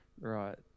Right